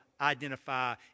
identify